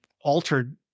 altered